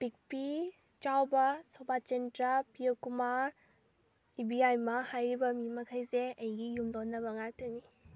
ꯄꯤꯛꯄꯤ ꯆꯥꯎꯕ ꯁꯣꯕꯥꯆꯟꯗ꯭ꯔ ꯄ꯭ꯔꯤꯌꯣꯀꯨꯃꯥꯔ ꯏꯕꯦꯌꯥꯏꯃꯥ ꯍꯥꯏꯔꯤꯕ ꯃꯤ ꯃꯈꯩꯁꯦ ꯑꯩꯒꯤ ꯌꯨꯝꯂꯣꯟꯅꯕ ꯉꯥꯛꯇꯅꯤ